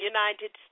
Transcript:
United